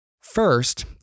First